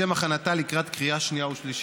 לשם הכנתה לקריאה שנייה ושלישית.